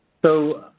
so,